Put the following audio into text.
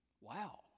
Wow